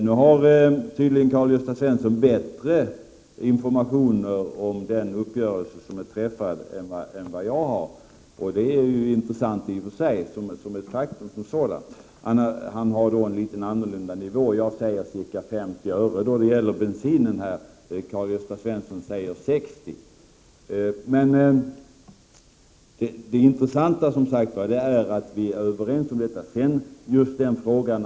Karl-Gösta Svenson har tydligen bättre informationer än vad jag har om den uppgörelse som är träffad. Det är intressant i och för sig. Han talar om en något annorlunda nivå på avgiften. Jag säger att den kommer att bli ca 50 öre då det gäller bensinen, medan Karl-Gösta Svenson säger att den blir 60 Öre. Det intressanta är att vi är överens.